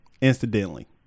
Incidentally